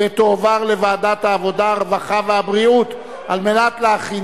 לדיון מוקדם בוועדה שתקבע ועדת הכנסת נתקבלה.